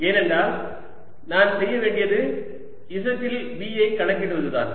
ஏனென்றால் நான் செய்ய வேண்டியது z இல் V ஐ கணக்கிடுவதுதான்